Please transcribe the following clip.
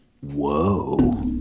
Whoa